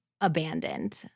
abandoned